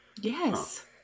Yes